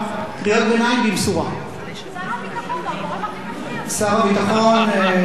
שר הביטחון הוא הגורם הכי